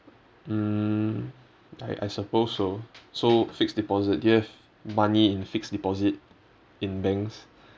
mm I I suppose so so fixed deposit do you have money in fixed deposit in banks